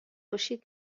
باشید